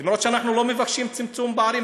אף-על-פי שאנחנו לא מבקשים צמצום פערים,